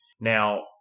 Now